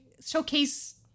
showcase